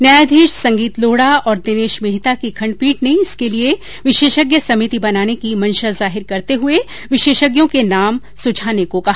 न्यायाधीश संगीत लोढा और दिनेश मेहता की खंडपीठ ने इसके लिए विशेषज्ञ समिति बनाने की मंशा जाहिर करते हुए विशेषज्ञों के लिए नाम सुझाने को कहा